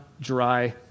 dry